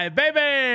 baby